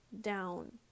down